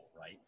right